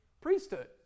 priesthood